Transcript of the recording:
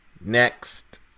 next